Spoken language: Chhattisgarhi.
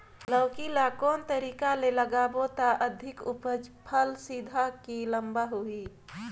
लौकी ल कौन तरीका ले लगाबो त अधिक उपज फल सीधा की लम्बा होही?